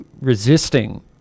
resisting